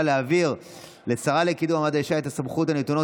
להעביר לשרה לקידום מעמד האישה את הסמכויות הנתונות